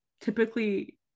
typically